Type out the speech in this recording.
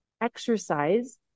exercise